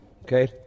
Okay